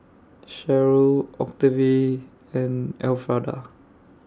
Sharyl Octavie and Alfrada